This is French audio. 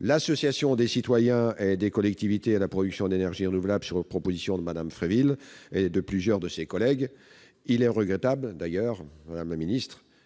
l'association des citoyens et des collectivités à la production d'énergie renouvelable, sur proposition de Mme Préville et de plusieurs de ses collègues. Il est d'ailleurs regrettable, madame la ministre,